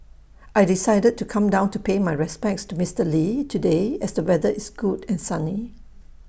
I decided to come down to pay my respects to Mister lee today as the weather is good and sunny